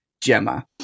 Gemma